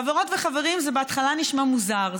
חברות וחברים, זה בהתחלה נשמע מוזר.